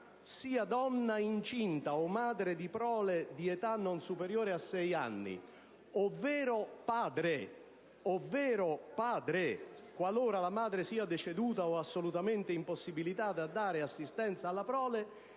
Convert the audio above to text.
sia donna incinta o madre di prole di età non superiore a sei anni, ovvero padre, qualora la madre sia deceduta o assolutamente impossibilitata a dare assistenza alla prole,